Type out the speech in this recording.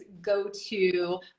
go-to